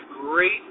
great